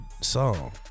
song